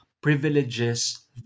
privileges